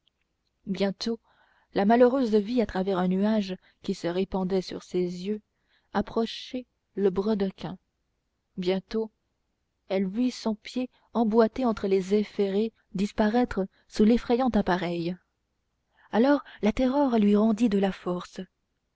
bientôt la malheureuse vit à travers un nuage qui se répandait sur ses yeux approcher le brodequin bientôt elle vit son pied emboîté entre les ais ferrés disparaître sous l'effrayant appareil alors la terreur lui rendit de la force